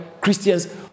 Christians